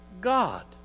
God